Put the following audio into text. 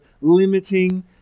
limiting